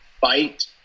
fight